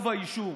תתבייש.